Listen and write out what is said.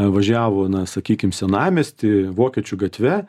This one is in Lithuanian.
važiavo na sakykim senamiesty vokiečių gatve